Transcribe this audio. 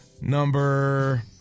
number